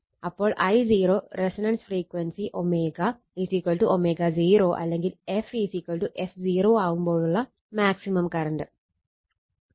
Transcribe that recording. അപ്പോൾ I0 resonance frequency ω ω0 അല്ലെങ്കിൽ f f0 ആവുമ്പോളുള്ള മാക്സിമം കറണ്ട്